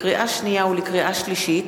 לקריאה שנייה ולקריאה שלישית: